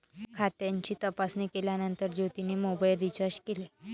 खात्याची तपासणी केल्यानंतर ज्योतीने मोबाइल रीचार्ज केले